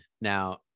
Now